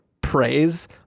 praise